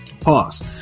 Pause